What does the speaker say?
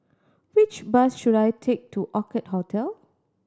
which bus should I take to Orchid Hotel